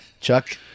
Chuck